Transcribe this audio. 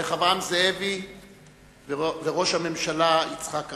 רחבעם זאבי וראש הממשלה יצחק רבין,